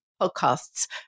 podcasts